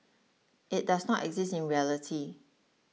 it does not exist in reality